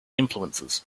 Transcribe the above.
influences